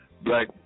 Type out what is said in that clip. black